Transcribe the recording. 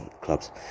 clubs